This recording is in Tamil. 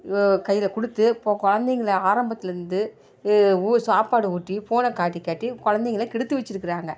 கையில் கொடுத்து இப்போது குழந்தைங்கள ஆரம்பத்திலருந்து ஊ சாப்பாடு ஊட்டி ஃபோனை காட்டி காட்டி குழந்தைங்கள கெடுத்து வச்சுருக்குறாங்க